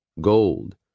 gold